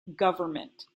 government